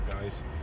guys